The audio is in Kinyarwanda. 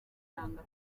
nanga